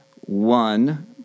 one